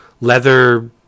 leather